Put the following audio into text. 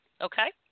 Okay